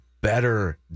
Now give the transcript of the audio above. better